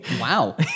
Wow